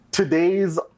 today's